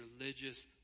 religious